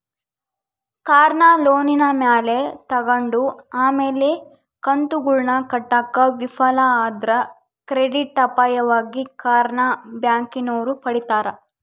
ಕಾರ್ನ ಲೋನಿನ ಮ್ಯಾಲೆ ತಗಂಡು ಆಮೇಲೆ ಕಂತುಗುಳ್ನ ಕಟ್ಟಾಕ ವಿಫಲ ಆದ್ರ ಕ್ರೆಡಿಟ್ ಅಪಾಯವಾಗಿ ಕಾರ್ನ ಬ್ಯಾಂಕಿನೋರು ಪಡೀತಾರ